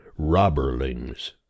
Robberlings